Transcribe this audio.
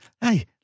Hey –